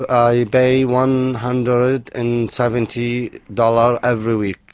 i pay one hundred and seventy dollars every week.